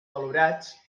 valorats